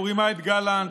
הוא רימה את גלנט,